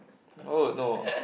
oh no